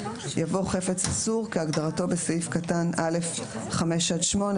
יבוא "חפץ אסור כהגדרתו בסעיף קטן (א)(5) עד (8)".